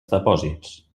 depòsits